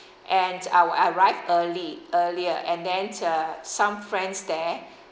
and I'll arrive early earlier and then uh some friends there